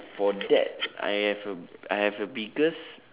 for that I have a I have a biggest